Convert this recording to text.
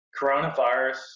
coronavirus